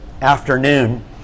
afternoon